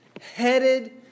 headed